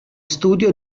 studio